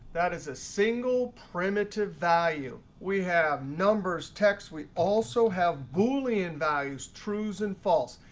that is a single primitive value. we have numbers, text. we also have boolean values, trues and false.